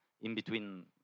in-between